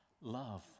love